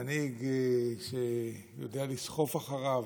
מנהיג שיודע לסחוף אחריו,